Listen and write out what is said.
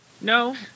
No